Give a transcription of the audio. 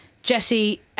Jesse